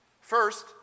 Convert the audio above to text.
First